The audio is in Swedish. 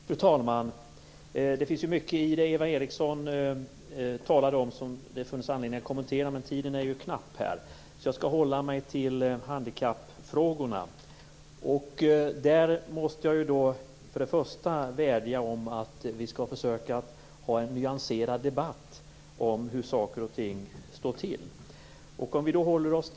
Fru talman! Det finns mycket i det Eva Eriksson sade som det finns anledning att kommentera men tiden är knapp, så jag skall hålla mig till handikappfrågorna. Där måste jag vädja om en mer nyanserad debatt om hur saker och ting står till.